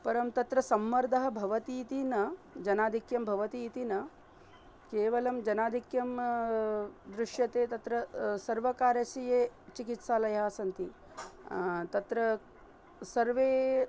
परं तत्र सम्मर्दः भवतीति न जनादिक्यं भवति इति न केवलं जनादिक्यं दृश्यते तत्र सर्वकारस्य ये चिकित्सालयाः सन्ति तत्र सर्वे